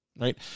right